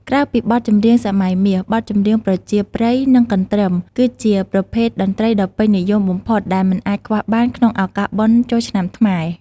ក្រៅពីបទចម្រៀងសម័យមាស បទចម្រៀងប្រជាប្រិយ និងកន្ទ្រឹម គឺជាប្រភេទតន្ត្រីដ៏ពេញនិយមបំផុតដែលមិនអាចខ្វះបានក្នុងឱកាសបុណ្យចូលឆ្នាំខ្មែរ។